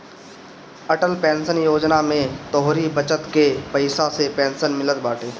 Atal pension Yojana में तोहरी बचत कअ पईसा से पेंशन मिलत बाटे